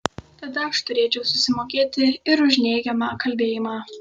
tada aš turėčiau susimokėti ir už neigiamą kalbėjimą